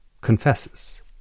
confesses